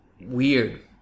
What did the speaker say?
weird